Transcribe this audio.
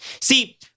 See